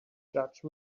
judge